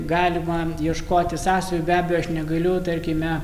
galima ieškoti sąsajų be abejo aš negaliu tarkime